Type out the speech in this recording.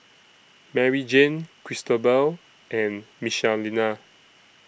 Maryjane Cristobal and Michelina